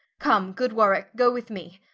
come good warwicke, goe with mee,